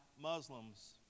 Muslims